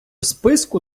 списку